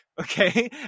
okay